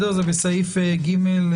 זה בסעיף ג3,